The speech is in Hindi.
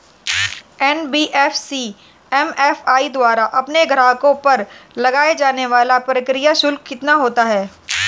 एन.बी.एफ.सी एम.एफ.आई द्वारा अपने ग्राहकों पर लगाए जाने वाला प्रक्रिया शुल्क कितना होता है?